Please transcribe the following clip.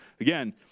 again